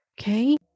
Okay